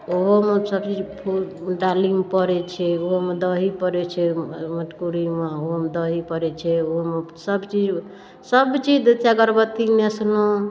ओहोमे सबचीज फूल डालीमे पड़ै छै ओहोमे दही पड़ै छै मटकुरीमे ओहोमे दही पड़ै छै ओहोमे सबचीज सबचीज दै छिए अगरबत्ती नेसलहुँ